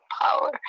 power